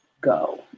go